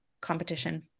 competition